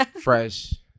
fresh